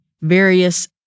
various